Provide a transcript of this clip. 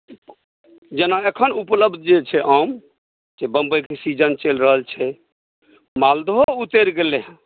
जेना एखन उपलब्ध जे छै आम जे बंबइ कऽ सीजन चलि रहल छै मालदहो उतरि गेलै हँ